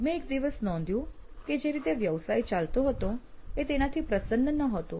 મેં એક દિવસ નોંધ્યું કે જે રીતે વ્યવસાય ચાલતો હતો એ તેનાથી પ્રસન્ન નહતો